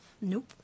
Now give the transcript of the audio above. Nope